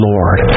Lord